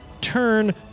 turn